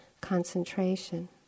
concentration